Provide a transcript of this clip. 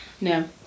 No